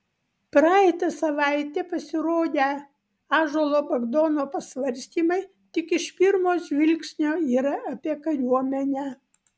praeitą savaitę pasirodę ąžuolo bagdono pasvarstymai tik iš pirmo žvilgsnio yra apie kariuomenę